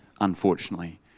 unfortunately